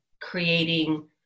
creating